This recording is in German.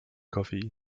koffein